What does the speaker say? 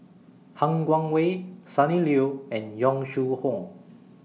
Han Guangwei Sonny Liew and Yong Shu Hoong